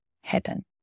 happen